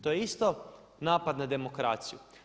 To je isto napad na demokraciju.